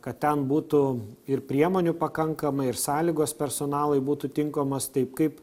kad ten būtų ir priemonių pakankamai ir sąlygos personalui būtų tinkamos taip kaip